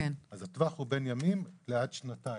אז הטווח הוא בין ימים לעד שנתיים.